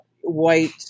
white